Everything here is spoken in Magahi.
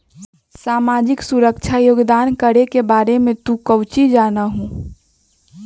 सामाजिक सुरक्षा योगदान करे के बारे में तू काउची जाना हुँ?